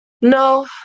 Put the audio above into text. No